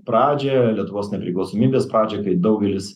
pradžią lietuvos nepriklausomybės pradžią kai daugelis